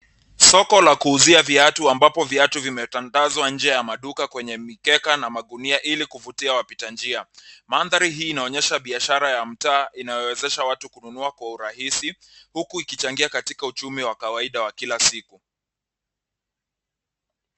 Soko la kuuzia viatu ambapo viatu vimetandazwa nje ya maduka kwenye mikeka na magunia ili kuvutia wapita njia. Mandhari hii inaonyesha biashara ya mtaa inayowezesha watu kununua kwa urahisi huku ikichangia katika uchumi wa kawaida wa kila siku.